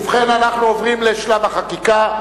ובכן, אנחנו עוברים לשלב החקיקה.